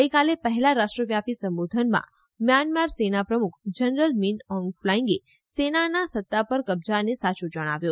ગઇકાલે પહેલા રાષ્ટ્રવ્યાપી સંબોધનમાં મ્યાનમાર સેના પ્રમુખ જનરલ મીન ઓંગ ફલાઇંગ સેનાના સત્તા પર કબજાને સાચો જણાવ્યો